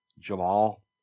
Jamal